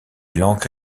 l’ancre